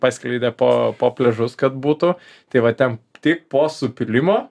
paskleidė po po pliažus kad būtų tai va ten tik po supylimo